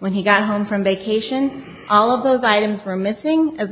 when he got home from vacation all of those items were missing as